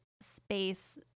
space